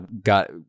got